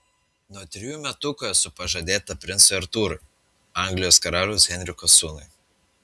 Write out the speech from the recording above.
nuo trejų metukų esu pažadėta princui artūrui anglijos karaliaus henriko sūnui